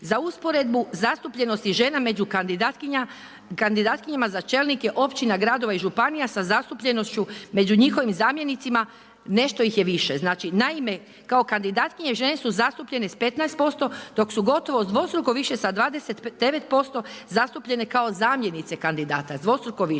Za usporedbu, zastupljenosti žena među kandidatkinja za čelnike općina, gradova i županija, sa zastupljenošću među njihovim zamjenicima, nešto ih je više. Naime, kao kandidatkinje žene su zastupljene sa 15%, dok su gotovo sa dvostruko više sa 29% zastupljene kao zamjenice kandidata, dvostruko više